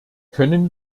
können